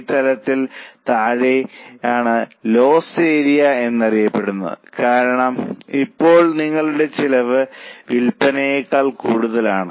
ഈ തലത്തിന് താഴെയാണ് ലോസ് ഏരിയ എന്ന് അറിയപ്പെടുന്നത് കാരണം ഇപ്പോൾ നിങ്ങളുടെ ചെലവ് വിൽപ്പനയേക്കാൾ കൂടുതലാണ്